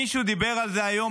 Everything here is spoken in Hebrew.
מישהו דיבר על זה היום?